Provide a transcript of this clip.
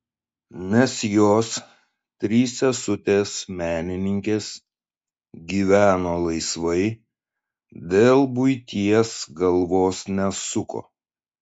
nes jos trys sesutės menininkės gyveno laisvai dėl buities galvos nesuko